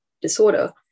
disorder